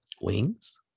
Wings